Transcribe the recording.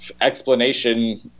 explanation